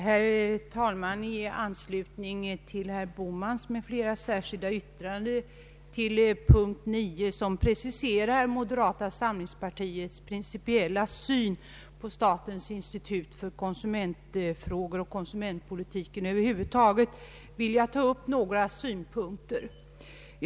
Herr talman! I anslutning till det särskilda yttrande av herr Bohman m.fl. på punkten 9 som preciserar moderata samlingspartiets principiella syn på statens institut för konsumentfrågor och konsumentpolitik över huvud taget vill jag ta upp några synpunkter.